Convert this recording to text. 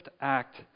act